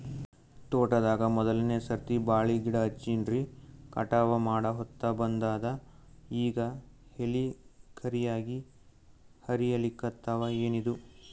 ತೋಟದಾಗ ಮೋದಲನೆ ಸರ್ತಿ ಬಾಳಿ ಗಿಡ ಹಚ್ಚಿನ್ರಿ, ಕಟಾವ ಮಾಡಹೊತ್ತ ಬಂದದ ಈಗ ಎಲಿ ಕರಿಯಾಗಿ ಹರಿಲಿಕತ್ತಾವ, ಏನಿದು?